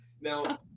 now